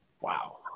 Wow